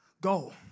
go